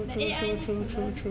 the A_I needs to learn